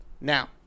Now